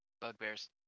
Bugbears